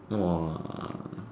!wah!